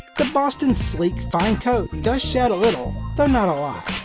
the boston's sleek, fine coat does shed a little, though not a lot.